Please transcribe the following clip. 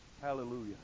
hallelujah